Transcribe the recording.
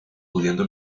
pudiendo